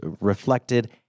reflected